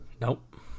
Nope